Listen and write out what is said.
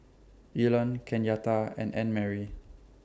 Elon Kenyatta and Annmarie